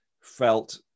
felt